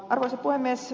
arvoisa puhemies